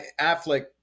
Affleck